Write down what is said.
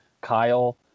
Kyle